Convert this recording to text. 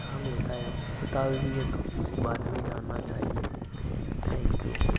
खराब नहीं होता है होता है भी ही तो उसके बारे में जानना चाहिए थैंक यू